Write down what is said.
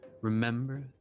Remember